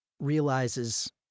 realizes